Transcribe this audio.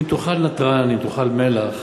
אם תאכל נתרן, אם תאכל מלח,